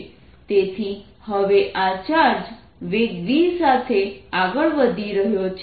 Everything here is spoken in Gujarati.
તેથી હવે આ ચાર્જ વેગ v સાથે આગળ વધી રહ્યો છે